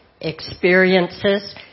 experiences